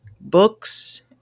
books